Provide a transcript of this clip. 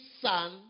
son